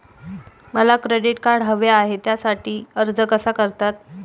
मला credit card हवे आहे त्यासाठी अर्ज कसा करतात?